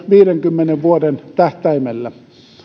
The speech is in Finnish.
viidenkymmenen vuoden tähtäimellä